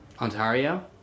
Ontario